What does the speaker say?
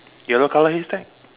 yellow color haystack